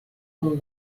amb